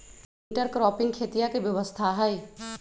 intercropping खेतीया के व्यवस्था हई